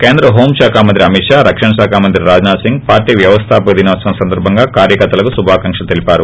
కేంద్ర హోం శాఖ మంత్రి అమిత్ షా రక్షణ శాఖ మంత్రి రాజ్నాథ్ సింగ్ పార్టీ వ్యవస్థాపక దినోత్సవం సందర్బంగా కార్యకర్తలకు కుభాకాంక్షలు తెలిపారు